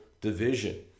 division